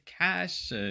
Cash